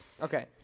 Okay